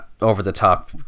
over-the-top